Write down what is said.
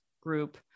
group